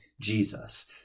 Jesus